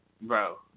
bro